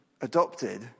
adopted